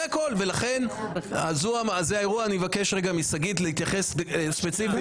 אני מבקש משגית להתייחס ספציפית.